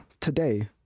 today